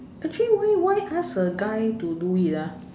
actually why why ask a guy to do it ah